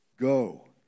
Go